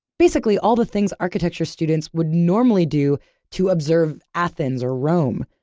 basically all the things architecture students would normally do to observe athens or rome,